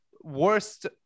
worst